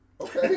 okay